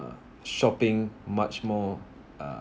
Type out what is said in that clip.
uh shopping much more uh